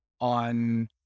on